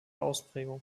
ausprägung